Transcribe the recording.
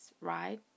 right